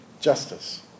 justice